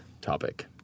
topic